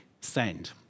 send